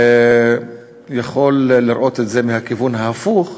יכול לראות את זה מהכיוון ההפוך.